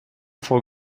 vor